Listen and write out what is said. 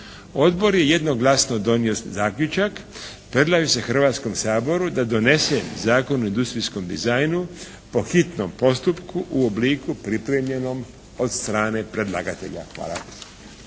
Odbor je jednoglasno donio zaključak: predlaže se Hrvatskom saboru da donese Zakon o industrijskom dizajnu po hitnom postupku u obliku pripremljenom od strane predlagatelja. Hvala.